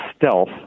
stealth